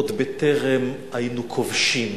עוד בטרם היינו כובשים,